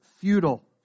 futile